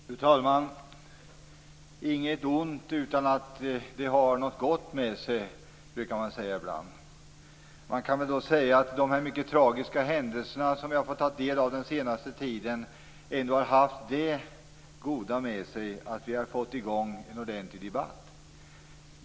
Fru talman! Inget ont utan att det för något gott med sig, brukar man ibland säga. Man kan säga att de mycket tragiska händelser som vi har fått ta del av under den senaste tiden ändå har fört det goda med sig att vi har fått i gång en ordentlig debatt.